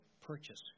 purchase